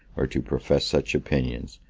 or to profess such opinions,